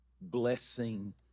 blessing